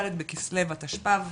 ד' בכסלו התשפ"ב,